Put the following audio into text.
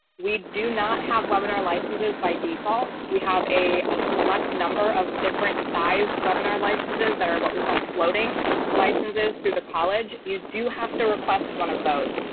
we do not have webinar licenses by default, we have a ah select number of different sized webinar licenses that are what we call floating licenses through the college, you do have to request one of those,